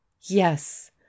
Yes